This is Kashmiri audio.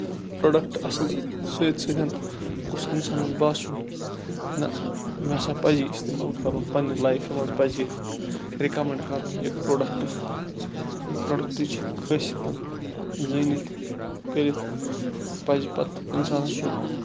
پروڈَکٹ اصل سۭتۍ سۭتۍ گوٚژھ اِنسانَس باسُن نَہ مےٚ ہَسا پَزِ یہِ اِستعمال کَرُن پَننہِ لایفہِ مَنٛز پَزِ یہِ رِکَمنڈ کَرُن یہِ پروڈَکٹ یہِ پروڈَکٹِچ خٲصیَتَن زٲنِتھ کٔرِتھ پَزِ پَتہٕ اِنسانَس سُہ